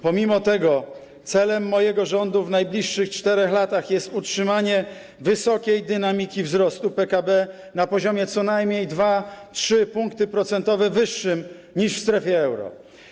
Pomimo tego celem mojego rządu w najbliższych 4 latach jest utrzymanie wysokiej dynamiki wzrostu PKB, na poziomie co najmniej o 2–3 punkty procentowe wyższym niż w strefie euro.